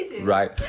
right